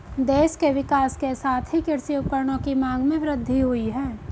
देश के विकास के साथ ही कृषि उपकरणों की मांग में वृद्धि हुयी है